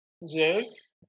Yes